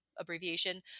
abbreviation